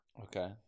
okay